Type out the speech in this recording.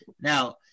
Now